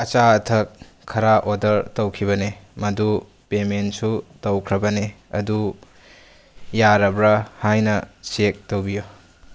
ꯑꯆꯥ ꯑꯊꯛ ꯈꯔ ꯑꯣꯔꯗꯔ ꯇꯧꯈꯤꯕꯅꯤ ꯃꯗꯨ ꯄꯦꯃꯦꯟꯁꯨ ꯇꯧꯈ꯭ꯔꯕꯅꯤ ꯑꯗꯨ ꯌꯥꯔꯕ꯭ꯔꯥ ꯍꯥꯏꯅ ꯆꯦꯛ ꯇꯧꯕꯤꯎ